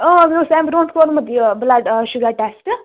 مےٚ اوس اَمہِ برٛونٛٹھ کوٚرمُت یہِ بُلڈ شُگر ٹٮ۪سٹہٕ